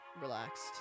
relaxed